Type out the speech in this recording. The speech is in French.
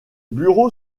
bureau